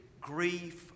grief